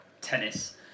tennis